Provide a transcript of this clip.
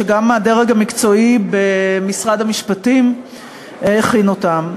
שגם הדרג המקצועי במשרד המשפטים הכין אותם.